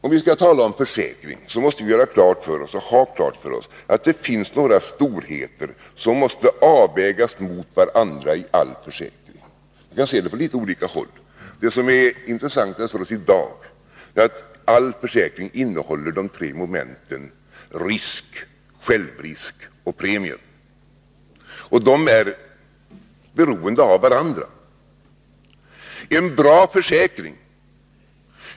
Om vi skall tala om försäkring måste vi ha klart för oss att det finns några storheter som måste avvägas mot varandra i all försäkring. Vi kan se det från litet olika håll. Det som är intressant i dag är att all försäkring innehåller de tre momenten risk, självrisk och premie. De är beroende av varandra.